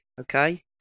Okay